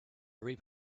every